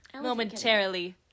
momentarily